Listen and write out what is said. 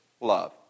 love